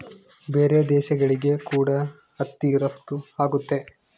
ಬೇರೆ ದೇಶಗಳಿಗೆ ಕೂಡ ಹತ್ತಿ ರಫ್ತು ಆಗುತ್ತೆ